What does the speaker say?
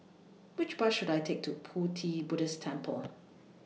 Which Bus should I Take to Pu Ti Buddhist Temple